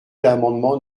l’amendement